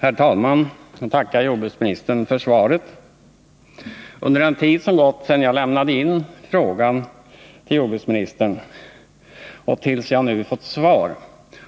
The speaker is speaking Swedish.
Herr talman! Jag tackar jordbruksministern för svaret. Under den tid som gått sedan jag lämnade in min fråga till jordbruksministern och tills jag nu fått svar